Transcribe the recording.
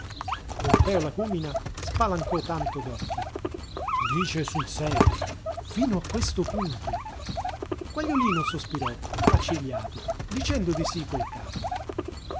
pompeo lagúmina spalancò tanto d'occhi dice sul serio fino a questo punto quagliolino sospirò accigliato dicendo di sí col capo